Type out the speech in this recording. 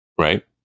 Right